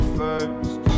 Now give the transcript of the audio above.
first